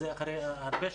זה אחרי הרבה שנים,